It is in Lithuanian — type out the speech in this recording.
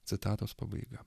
citatos pabaiga